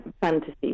fantasy